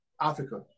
Africa